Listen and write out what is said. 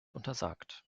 untersagt